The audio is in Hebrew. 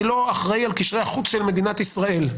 אני לא אחראי על קשרי החוץ של מדינת ישראל.